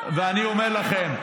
ואני אומר לכם,